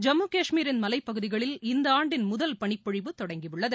ஜம்மு கஷ்மீரின் மலைப்பகுதிகளில் இந்த ஆண்டின் முதல் பனிப்பொழிவு தொடங்கியுள்ளது